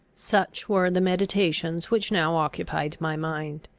such were the meditations which now occupied my mind.